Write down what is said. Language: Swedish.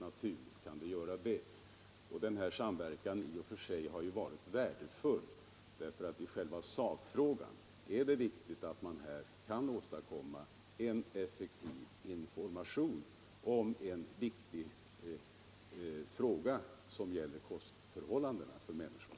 Och den samverkan som här skett har i och för sig varit värdefull, eftersom det är viktigt att kunna åstadkomma en effektiv information i en så angelägen fråga, som gäller kostförhållandena för människorna.